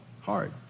hard